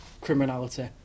criminality